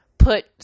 Put